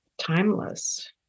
timeless